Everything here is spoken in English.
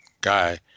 guy